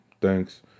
thanks